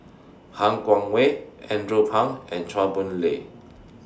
Han Guangwei Andrew Phang and Chua Boon Lay